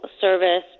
service